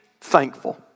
thankful